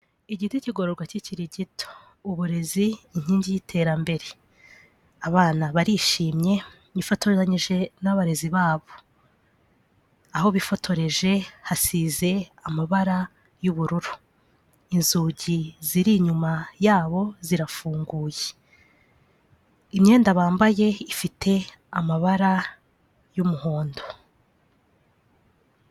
Igiti kigororwa kikiri gito, uburezi inkingi y'iterambere. Abana barishimye bifotoranyije n'abarezi babo, aho bifotoreje hasize amabara y'ubururu, inzugi ziri inyuma yabo zirafunguye, imyenda bambaye ifite amabara y'umuhondo.